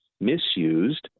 misused